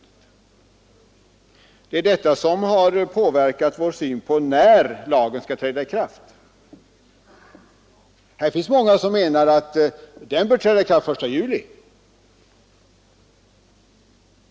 Det är detta som har påverkat vår syn på när lagen skall träda i kraft. Det finns många som menar att lagen bör träda i kraft den 1 juli.